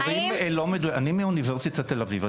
אני מאונ' תל אביב.